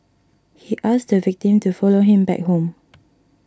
he asked the victim to follow him back home